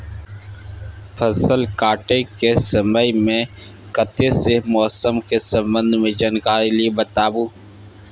फसल काटय के समय मे कत्ते सॅ मौसम के संबंध मे जानकारी ली बताबू?